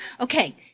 Okay